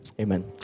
amen